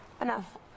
Enough